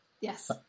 Yes